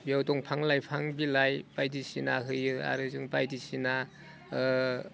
बेयाव दंफां लाइफां बायदिसिना बिलाइ होयो आरो जों बायदिसिना